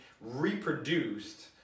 reproduced